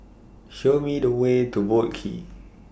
Show Me The Way to Boat Quay